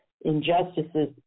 injustices